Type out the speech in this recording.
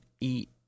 eat